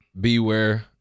beware